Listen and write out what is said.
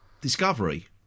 discovery